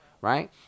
right